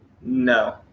No